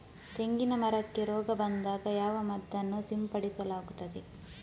ತೆಂಗಿನ ಮರಕ್ಕೆ ರೋಗ ಬಂದಾಗ ಯಾವ ಮದ್ದನ್ನು ಸಿಂಪಡಿಸಲಾಗುತ್ತದೆ?